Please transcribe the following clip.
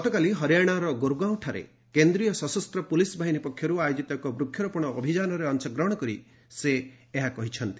ଗତକାଲି ହରିଆଣାର ଗୁରଗାଓଁଠାରେ କେନ୍ଦୀୟ ସଶସ୍ତ ପ୍ରଲିସ୍ ବାହିନୀ ପକ୍ଷର୍ ଆୟୋଜିତ ଏକ ବୃକ୍ଷରୋପଣ ଅଭିଯାନରେ ଅଂଶଗ୍ରହଣ କରି ସେ ଏହା କହିଛନ୍ତି